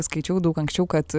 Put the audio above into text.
skaičiau daug anksčiau kad